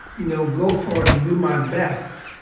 you know, go forward and do my best,